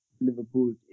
Liverpool